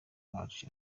wacu